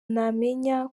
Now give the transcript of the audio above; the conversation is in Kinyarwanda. namenya